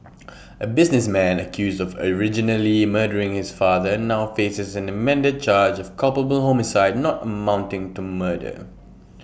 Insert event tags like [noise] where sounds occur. [noise] A businessman accused originally murdering his father now faces an amended charge of culpable homicide not amounting to murder